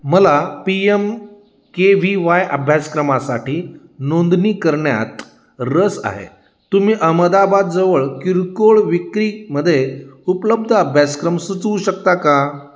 मला P M K V Y अभ्यासक्रमासाठी नोंदणी करण्यात रस आहे तुम्ही अहमदाबाद जवळ किरकोळ विक्री मध्ये उपलब्ध अभ्यासक्रम सुचवू शकता का